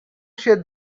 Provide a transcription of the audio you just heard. się